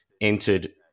entered